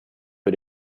für